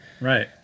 Right